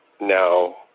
now